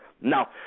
Now